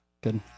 Good